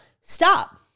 stop